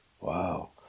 Wow